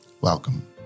Welcome